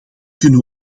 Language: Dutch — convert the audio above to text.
kunnen